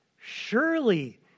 Surely